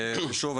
שוב,